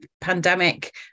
pandemic